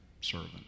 servant